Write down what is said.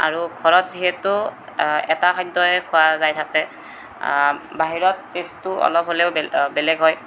আৰু ঘৰত যিহেতু এটা খাদ্য়হে খোৱা যায় থাকে বাহিৰত টেষ্ট্টো অলপ হ'লেও বেলেগ বেলেগ হয়